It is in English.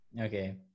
Okay